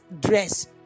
dress